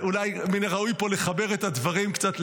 אולי מן הראוי פה לחבר את הדברים קצת,